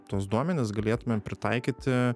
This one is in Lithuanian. tuos duomenis galėtumėm pritaikyti